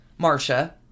Marsha